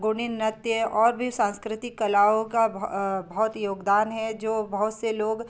गोंडी नृत्य और भी सांस्कृतिक कलाओं का बहुत योगदान है जो बहुत से लोग